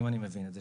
אם אני מבין את זה.